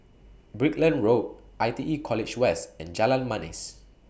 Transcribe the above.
Brickland Road I T E College West and Jalan Manis